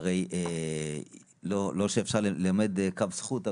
הרי לא שאפשר ללמד קו זכות,